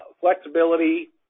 flexibility